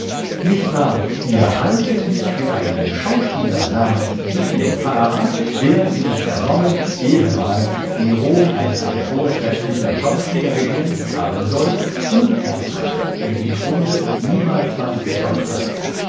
nicht wahr ihr haltet mich für einen schauspieler namens giglio fava der wie ich vernommen ehemals in rom als ein vortrefflicher schauspieler geglänzt haben soll unerachtet er im grunde niemals was getaugt hat